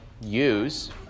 use